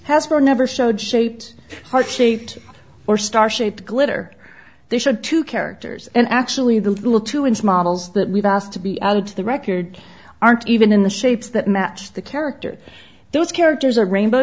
hasbro never showed shaped heart shaped or star shaped glitter they should two characters and actually the little two inch models that we've asked to be added to the record aren't even in the shapes that match the character those characters are rainbow